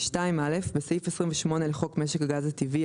(2א)בסעיף 28 לחוק משק הגז הטבעי,